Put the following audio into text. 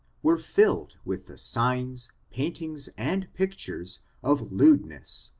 were filled with the signs, paintings, and pictures of lewdness,